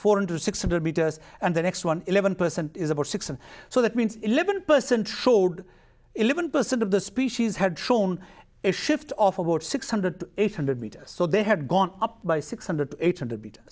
four hundred six hundred meters and the next one eleven percent is about six and so that means eleven percent showed eleven percent of the species had shown a shift of about six hundred to eight hundred meters so they had gone up by six hundred eight